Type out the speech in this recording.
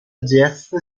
jazz